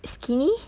skinny